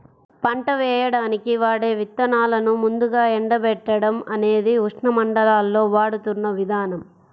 పంట వేయడానికి వాడే విత్తనాలను ముందుగా ఎండబెట్టడం అనేది ఉష్ణమండలాల్లో వాడుతున్న విధానం